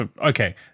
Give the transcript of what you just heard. Okay